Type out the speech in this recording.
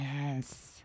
Yes